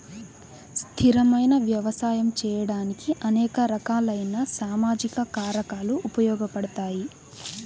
స్థిరమైన వ్యవసాయం చేయడానికి అనేక రకాలైన సామాజిక కారకాలు ఉపయోగపడతాయి